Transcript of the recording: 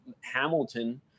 Hamilton